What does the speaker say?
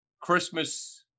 Christmas